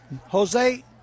Jose